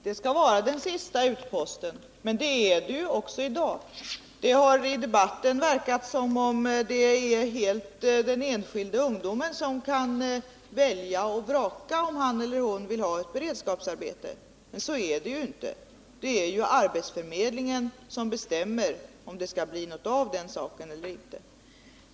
Fru talman! Beredskapsarbeten skall vara den sista utposten, men det är de också i dag. Det har i debatten verkat som om det är den enskilda unga människan själv som kan välja och vraka om han eller hon vill ha beredskapsarbete. Men så är det inte. Det är arbetsförmedlingen som bestämmer om det skall bli något av den saken eller inte.